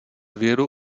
věru